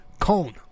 Cone